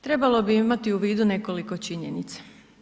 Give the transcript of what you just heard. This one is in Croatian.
Trebalo bi imati u vidu nekoliko činjenica.